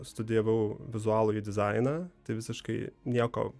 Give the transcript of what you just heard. studijavau vizualųjį dizainą tai visiškai nieko